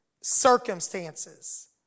circumstances